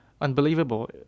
unbelievable